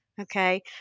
okay